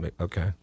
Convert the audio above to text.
Okay